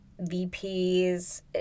VPs